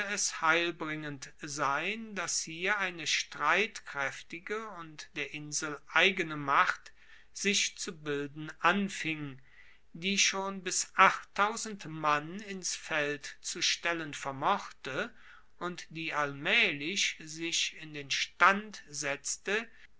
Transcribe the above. es heilbringend sein dass hier eine streitkraeftige und der insel eigene macht sich zu bilden anfing die schon bis achttausend mann ins feld zu stellen vermochte und die allmaehlich sich in den stand setzte